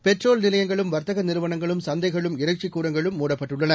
petrol நிலையங்களும் வர்த்தக நிறுவனங்களும் சந்தைகளும் இறைச்சிக் கூடங்களும் ழடப்பட்டுள்ளன